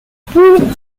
poule